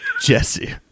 Jesse